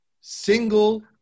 single